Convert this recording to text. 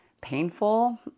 painful